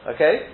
Okay